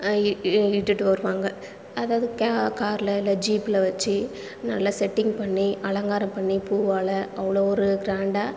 இ இ இட்டுட்டு வருவாங்கள் அதாவது கே கார்ல இல்லை ஜீப்ல வச்சு நல்லா செட்டிங் பண்ணி அலங்காரம் பண்ணி பூவால் அவ்வளோ ஒரு க்ராண்டாக